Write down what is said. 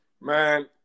Man